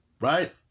right